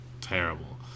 terrible